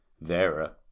Vera